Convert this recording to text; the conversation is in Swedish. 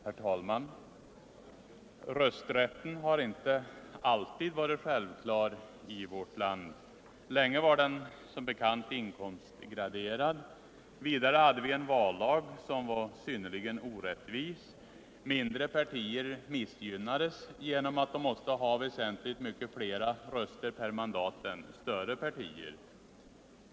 Herr talman! Rösträtten har inte alltid varit självklar i vårt land. Länge var den som bekant inkomstgraderad. Vidare hade vi en vallag som var synnerligen orättvis. Mindre partier missgynnades genom att de måste ha väsentligt flera röster per mandat än större partier.